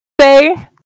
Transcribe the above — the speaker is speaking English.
say